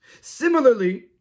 Similarly